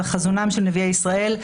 על חזונם של נביאי ישראל,